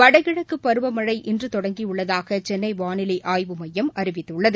வடகிழக்கு பருவமழை இன்று தொடங்கியுள்ளதாக சென்னை வாளிலை ஆய்வு மையம் அறிவித்துள்ளது